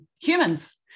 humans